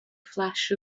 flash